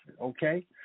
okay